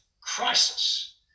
crisis